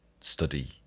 study